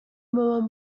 مامان